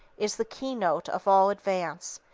is the keynote of all advance,